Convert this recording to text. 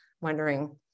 wondering